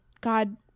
God